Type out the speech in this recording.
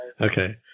Okay